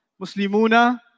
Muslimuna